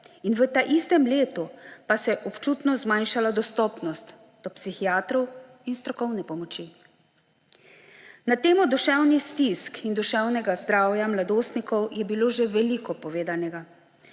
in v tem istem letu pa se je občutno zmanjšalo dostopnost do psihiatrov in strokovne pomoči. Na temo duševnih stisk in duševnega zdravja mladostnikov je bilo že veliko povedanega.